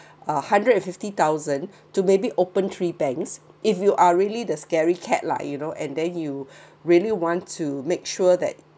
uh hundred and fifty thousand to maybe open three banks if you are really the scary cat lah you know and then you really want to make sure that